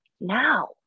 now